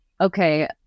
okay